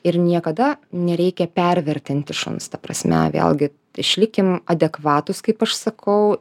ir niekada nereikia pervertinti šuns ta prasme vėlgi išlikim adekvatūs kaip aš sakau